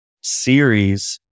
series